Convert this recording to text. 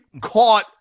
caught